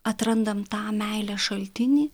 atrandam tą meilės šaltinį